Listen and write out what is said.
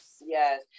Yes